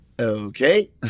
okay